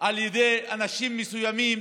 על ידי אנשים מסוימים